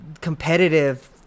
competitive